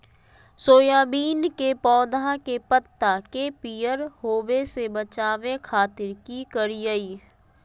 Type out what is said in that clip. Soybean के पौधा के पत्ता के पियर होबे से बचावे खातिर की करिअई?